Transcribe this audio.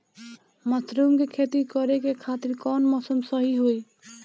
Mushroom के खेती करेके खातिर कवन मौसम सही होई?